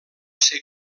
ser